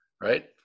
right